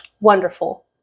Wonderful